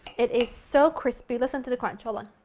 it is so crispy, listen to the crunch. hold on!